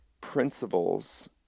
principles